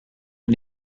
een